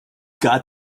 got